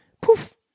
poof